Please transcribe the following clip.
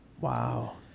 Wow